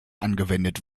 angewendet